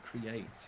create